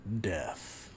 death